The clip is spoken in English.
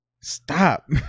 stop